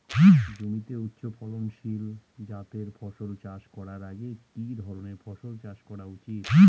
জমিতে উচ্চফলনশীল জাতের ফসল চাষ করার আগে কি ধরণের ফসল চাষ করা উচিৎ?